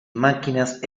máquinas